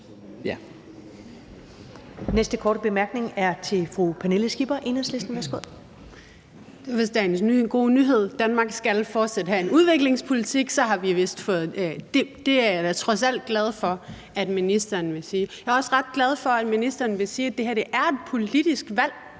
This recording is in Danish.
Næste korte bemærkning er til fru Pernille Skipper, Enhedslisten. Værsgo. Kl. 17:52 Pernille Skipper (EL): Det var vist dagens gode nyhed: Danmark skal fortsat have en udviklingspolitik. Det er jeg dog trods alt glad for at ministeren vil sige. Jeg er også ret glad for, at ministeren vil sige, at det her er et politisk valg,